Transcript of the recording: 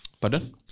Pardon